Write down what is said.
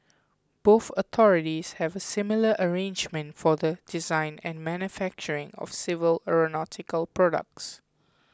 both authorities have a similar arrangement for the design and manufacturing of civil aeronautical products